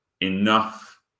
enough